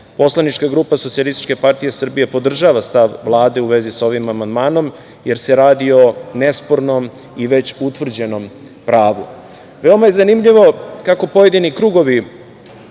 Poslanička grupa SPS podržava stav Vlade u vezi sa ovim amandmanom jer se radi o nespornom i već utvrđenom pravu. Veoma je zanimljivo kako pojedini krugovi